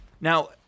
now